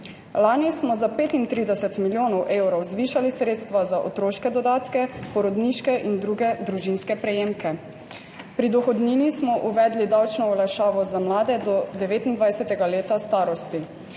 Lani smo za 35 milijonov evrov zvišali sredstva za otroške dodatke, porodniške in druge družinske prejemke. Pri dohodnini smo uvedli davčno olajšavo za mlade do 29. leta starosti.